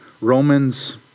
Romans